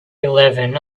eleven